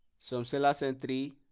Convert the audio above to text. some sellers and three